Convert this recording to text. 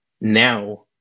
now